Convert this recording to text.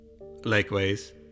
Likewise